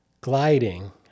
gliding